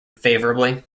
favourably